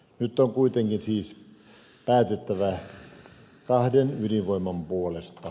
nyt on kuitenkin siis päätettävä kahden ydinvoimalan puolesta